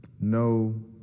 no